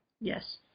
Yes